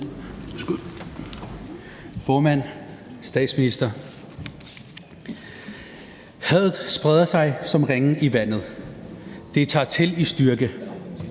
Formand, statsminister. Hadet breder sig som ringe i vandet, det tager til i styrke,